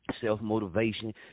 Self-motivation